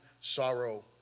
sorrow